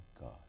God